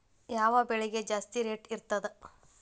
ಯಾವ ಬೆಳಿಗೆ ಜಾಸ್ತಿ ರೇಟ್ ಇರ್ತದ?